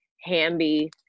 Hamby